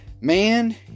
man